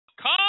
come